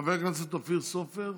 חבר הכנסת אופיר סופר,